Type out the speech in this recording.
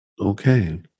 Okay